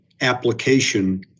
application